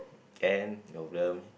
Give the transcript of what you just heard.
can no problem